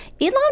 Elon